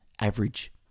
average